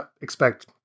expect